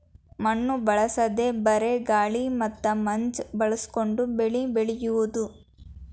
ಮಣ್ಣು ಬಳಸದೇ ಬರೇ ಗಾಳಿ ಮತ್ತ ಮಂಜ ಬಳಸಕೊಂಡ ಬೆಳಿ ಬೆಳಿಯುದು